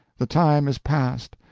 the time is past!